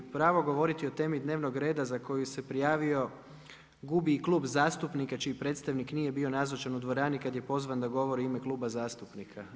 Pravo govoriti o temi dnevnog rada za koju se prijavio gubi i klub zastupnika čiji predstavnik nije bio nazočan u dvorani kada je pozvan da govori u ime kluba zastupnika“